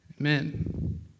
Amen